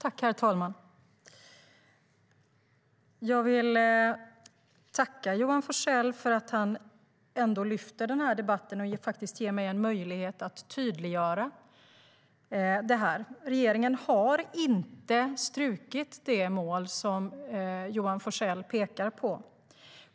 Herr talman! Jag vill tacka Johan Forssell för att han lyfter upp den här debatten och ger mig en möjlighet att tydliggöra detta. Regeringen har inte strukit det mål som Johan Forssell pekar på.